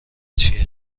چیه